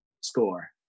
score